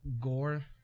Gore